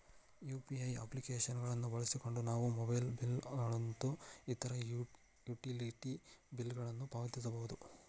UPI application ಗಳನ್ನು ಬಳಸಿಕೊಂಡು ನಾವು ಮೊಬೈಲ್ ಬಿಲ್ ಗಳು ಮತ್ತು ಇತರ ಯುಟಿಲಿಟಿ ಬಿಲ್ ಗಳನ್ನು ಪಾವತಿಸಬಹುದು